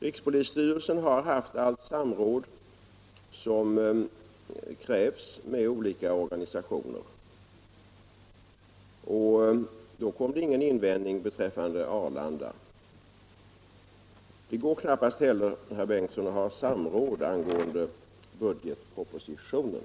Rikspolisstyrelsen har haft allt samråd som krävs med olika organisationer, och då har det inte framförts någon invändning beträffande Arlanda. Det går knappast heller, herr Bengtsson, att ha samråd beträffande budgetpropositionen.